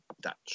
Dutch